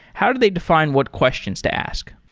how do they define what questions to ask?